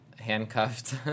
handcuffed